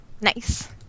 Nice